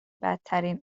بدترین